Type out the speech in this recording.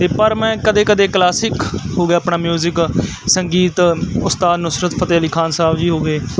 ਅਤੇ ਪਰ ਮੈਂ ਕਦੇ ਕਦੇ ਕਲਾਸਿਕ ਹੋ ਗਿਆ ਆਪਣਾ ਮਿਊਜ਼ਿਕ ਸੰਗੀਤ ਉਸਤਾਦ ਨੁਸਰਤ ਫਤਿਹ ਅਲੀ ਖਾਨ ਸਾਹਿਬ ਜੀ ਹੋ ਗਏ